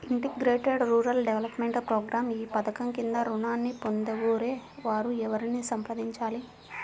Integrated rural development program ఈ పధకం క్రింద ఋణాన్ని పొందగోరే వారు ఎవరిని సంప్రదించాలి?